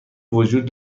وجود